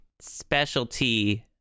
specialty